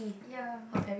ya